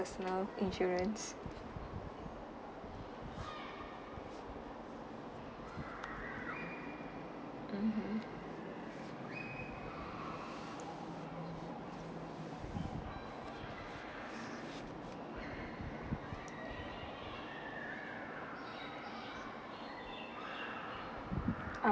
personal insurance mmhmm